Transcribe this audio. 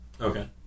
Okay